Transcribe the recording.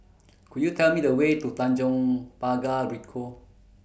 Could YOU Tell Me The Way to Tanjong Pagar Ricoh